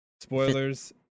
Spoilers